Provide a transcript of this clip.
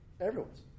Everyone's